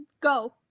go